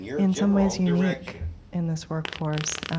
in some ways, unique in this workforce,